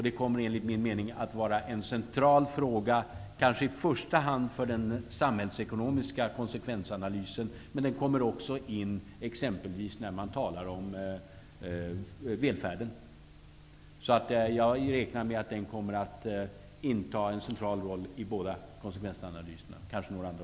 Den kommer att vara en central fråga kanske i första hand för den samhällsekonomiska konsekvensanalysen. Men den kommer också in exempelvis när man talar om välfärden. Jag räknar således med att frågan kommer att inta en central roll i båda konsekvensanalyserna.